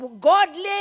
godly